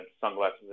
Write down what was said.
sunglasses